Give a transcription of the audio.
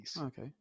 okay